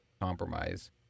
compromise